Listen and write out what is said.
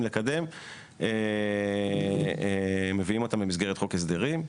לקדם מביאים אותם במסגרת חוק ההסדרים.